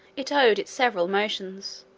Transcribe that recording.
it owed its several motions,